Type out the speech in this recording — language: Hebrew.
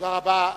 תודה רבה.